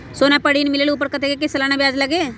सोना पर ऋण मिलेलु ओपर कतेक के सालाना ब्याज लगे?